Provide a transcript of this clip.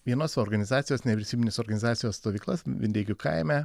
vienos organizacijos nevyriausybinės organizacijos stovyklas vindeikių kaime